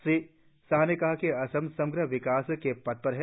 श्री शाह ने कहा कि असम समग्र विकास के पथ पर है